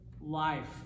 life